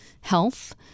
health